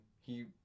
He-